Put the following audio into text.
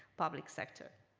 public sector.